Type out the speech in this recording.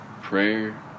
prayer